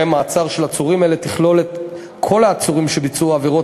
המעצר של עצורים אלה תכלול את כל העצורים שביצעו עבירות